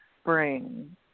spring